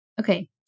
Okay